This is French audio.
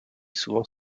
souvent